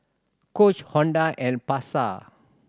Coach Honda and Pasar